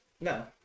No